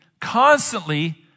constantly